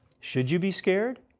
should you be scared?